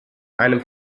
einem